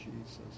Jesus